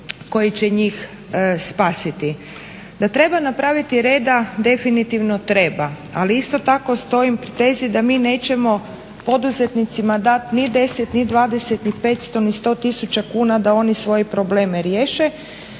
koji će njih spasiti. Da treba napraviti reda definitivno treba, ali isto tako stojim pri tezi da mi nećemo poduzetnicima dat ni 10 ni 20 ni 500 ni 100 tisuća kuna da oni svoje probleme riješe,